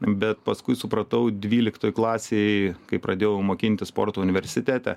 bet paskui supratau dvyliktoj klasėj kai pradėjau mokintis sporto universitete